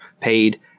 paid